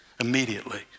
immediately